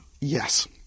Yes